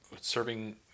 Serving